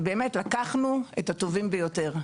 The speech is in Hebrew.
ובאמת לקחנו את הטובים ביותר.